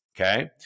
okay